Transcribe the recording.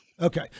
Okay